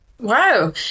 Wow